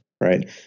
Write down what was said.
right